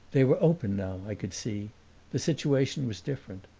they were open now, i could see the situation was different.